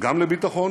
גם לביטחון